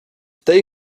tej